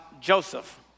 Joseph